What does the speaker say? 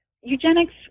eugenics